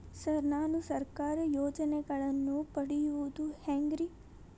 Sir ನಾನು ಸರ್ಕಾರ ಯೋಜೆನೆಗಳನ್ನು ಪಡೆಯುವುದು ಹೆಂಗ್ರಿ?